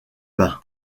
bains